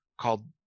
called